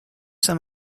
some